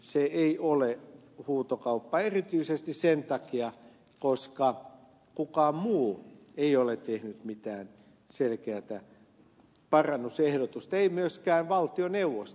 se ei ole huutokauppa erityisesti sen takia että kukaan muu ei ole tehnyt mitään selkeätä parannusehdotusta ei myöskään valtioneuvosto